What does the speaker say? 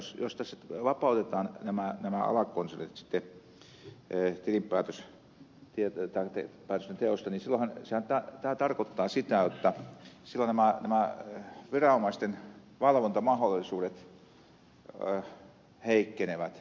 jos tässä vapautetaan nämä alakonsernit sitten tilinpäätösten teosta niin silloinhan tämä tarkoittaa sitä jotta nämä viranomaisten valvontamahdollisuudet heikkenevät